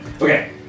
Okay